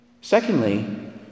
Secondly